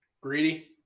Greedy